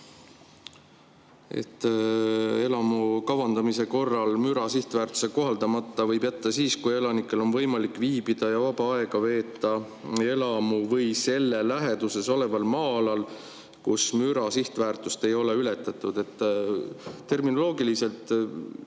et elamu kavandamise korral võib müra sihtväärtuse kohaldamata jätta siis, kui elanikel on võimalik viibida ja vaba aega veeta elamu või selle läheduses oleval maa-alal, kus müra sihtväärtust ei ole ületatud. Terminoloogiliselt